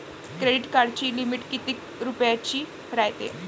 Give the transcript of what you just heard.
Credit कार्डाची limit कितीक रुपयाची रायते?